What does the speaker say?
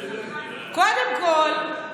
קודם כול,